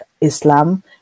islam